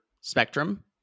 spectrum